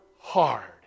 hard